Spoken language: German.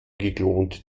geklonte